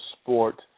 sport